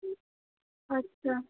আচ্ছা